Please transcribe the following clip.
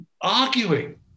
arguing